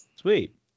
Sweet